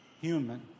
human